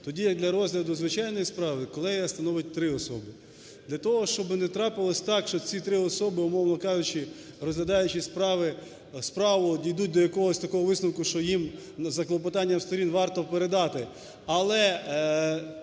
тоді як для розгляду звичайної справи, колегія становить три особи. Для того, щоб не трапилося так, що ці три особи, умовно кажучи, розглядаючи справу, дійдуть до якогось такого висновку, що їм за клопотанням сторін варто передати,